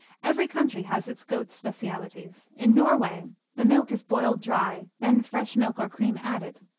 every country has its goat specialties. in norway the milk is boiled dry, then fresh milk or cream added.